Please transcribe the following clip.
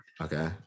Okay